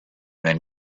then